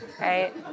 Right